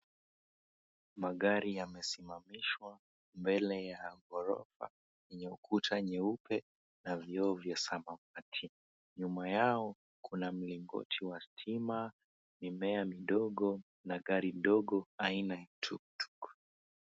Magari yamesimamishwa mbele ya ghorofa yenye ukuta nyeupe na vioo vya samawati. Nyuma yao kuna mlingoti wa stima, mimea midogo na gari ndogo aina ya tuktuk.